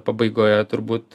pabaigoje turbūt